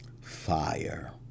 fire